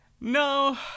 No